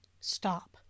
stop